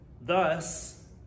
thus